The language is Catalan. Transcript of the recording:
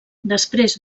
després